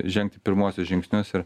žengti pirmuosius žingsnius ir